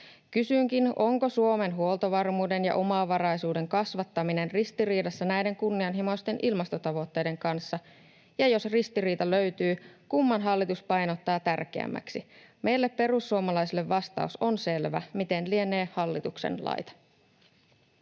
Kysynkin: onko Suomen huoltovarmuuden ja omavaraisuuden kasvattaminen ristiriidassa näiden kunnianhimoisten ilmastotavoitteiden kanssa? Ja jos ristiriita löytyy, kumman hallitus painottaa tärkeämmäksi? Meille perussuomalaisille vastaus on selvä. Miten lienee hallituksen laita?